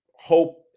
hope